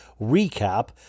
recap